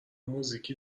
موزیکی